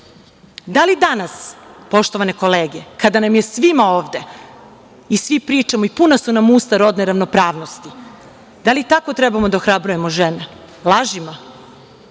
li danas, poštovane kolege, kada nam je svima ovde i svi pričamo i puna su nam usta rodne ravnopravnosti, da li tako treba da ohrabrujemo žene, lažima?